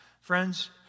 Friends